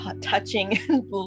touching